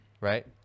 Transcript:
Right